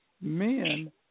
men